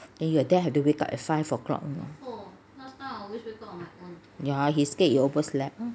when you are there have to wake up at five o'clock ya he scared you overslept